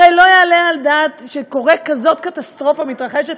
הרי לא יעלה על הדעת שכזאת קטסטרופה מתרחשת